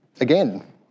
Again